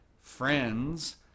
Friends